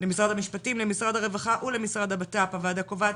ממשרד המשפטים למשרד הרווחה ולמשרד בט"פ הוועדה קובעת